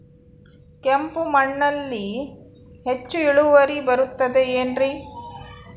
ಕೆಂಪು ಮಣ್ಣಲ್ಲಿ ಹೆಚ್ಚು ಇಳುವರಿ ಬರುತ್ತದೆ ಏನ್ರಿ?